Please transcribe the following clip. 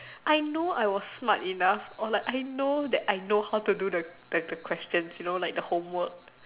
I know I was smart enough I know that I know how to do the the question you know like the homework